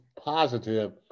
positive